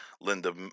Linda